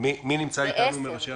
מי נמצא איתנו מראשי הרשויות?